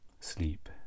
sleep